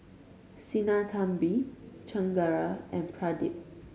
Sinnathamby Chengara and Pradip